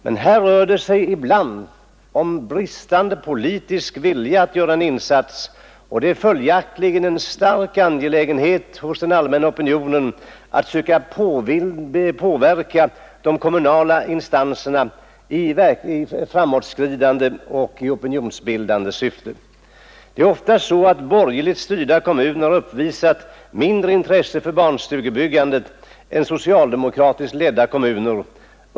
Men här rör det sig ibland om bristande politisk vilja att göra en insats, och det är följaktligen ytterst angeläget för den allmänna opinionen att söka påverka de kommunala instanserna i framåtskridande syfte. Det är ofta så att borgerligt styrda kommuner har uppvisat mindre intresse för barnstugebyggandet än socialdemokratiskt ledda kommuner.